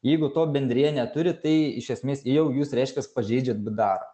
jeigu to bendrija neturi tai iš esmės jau jūs reiškias pažeidžiat bdarą